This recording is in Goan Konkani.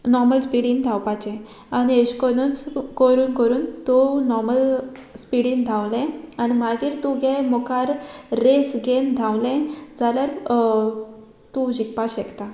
नॉर्मल स्पिडीन धांवपाचें आनी एशे कोन्नूच कोरून करून तूं नॉर्मल स्पिडीन धांवलें आनी मागीर तूं गे मुखार रेस गेन धांवलें जाल्यार तूं जिंकपा शेकता